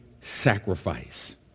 sacrifice